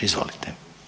Izvolite.